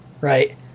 right